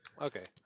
Okay